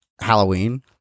halloween